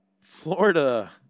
Florida